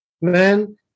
man